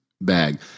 bag